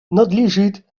надлежит